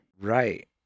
Right